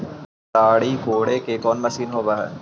केताड़ी कोड़े के कोन मशीन होब हइ?